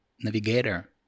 Navigator